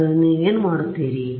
ಆದ್ದರಿಂದ ನೀವು ಏನು ಮಾಡುತ್ತೀರಿ